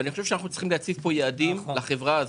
אני חושב שאנחנו צריכים להציב יעדים לחברה הזאת.